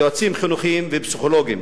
יועצים חינוכיים ופסיכולוגים.